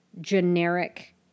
generic